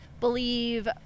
believe